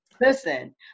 listen